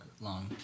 long